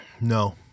No